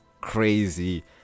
crazy